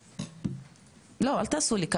מסכימים שאין פה מידע מונגש,